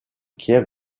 kiev